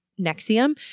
Nexium